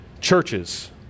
churches